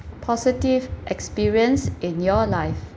positive experience in your life